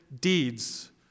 deeds